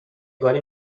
گاری